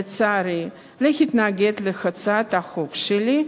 לצערי, להתנגד להצעת החוק שלי,